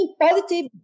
positive